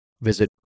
visit